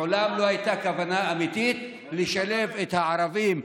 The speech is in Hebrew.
מעולם לא הייתה כוונה אמיתית לשלב את הערבים,